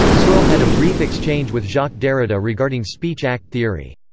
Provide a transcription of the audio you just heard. searle had a brief exchange with jacques derrida regarding speech-act theory.